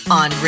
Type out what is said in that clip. on